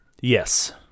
Yes